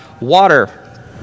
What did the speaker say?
water